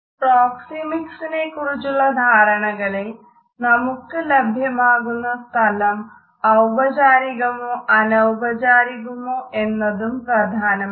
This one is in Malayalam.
പ്രോക്സെമിക്സിനെക്കുറിച്ചുള്ള ധാരണകളിൽ നമുക്ക് ലഭ്യമാകുന്ന സ്ഥലം ഔപചാരികമോ അനൌപചാരികമോ എന്നതും പ്രധാനമാണ്